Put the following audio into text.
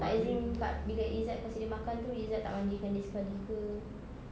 tak as in tak bila izzat kasih dia makan itu izzat tak mandikan dia sekali ke